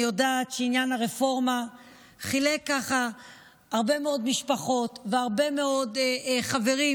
אני יודעת שעניין הרפורמה חילק ככה הרבה מאוד משפחות והרבה מאוד חברים,